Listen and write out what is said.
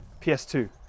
PS2